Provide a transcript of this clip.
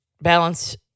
balance